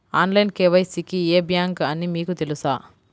Online KYC కి ఏ bank అని మీకు తెలుసా?